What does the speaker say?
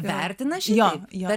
vetina šitaip